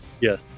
Yes